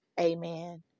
amen